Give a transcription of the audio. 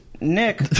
Nick